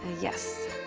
yes.